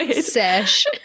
sesh